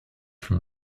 from